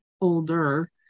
older